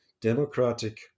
democratic